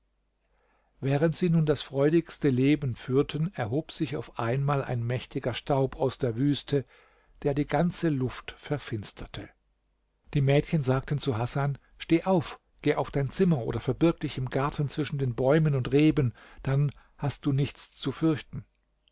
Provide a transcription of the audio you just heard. während sie nun das freudigste leben führten erhob sich auf einmal ein mächtiger staub aus der wüste der die ganze luft verfinsterte die mädchen sagten zu hasan steh auf geh auf dein zimmer oder verbirg dich im garten zwischen den bäumen und reben dann hast du nichts zu fürchten